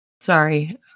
Sorry